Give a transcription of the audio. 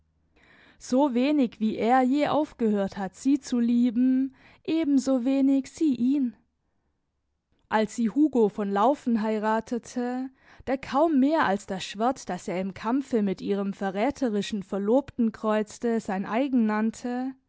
so wenig wie er je aufgehört hat sie zu lieben ebenso wenig sie ihn als sie hugo von laufen heiratete der kaum mehr als das schwert das er im kampfe mit ihrem verräterischen verlobten kreuzte sein eigen nannte